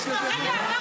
רגע,